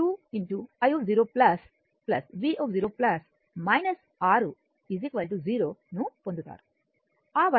ను పొందుతారు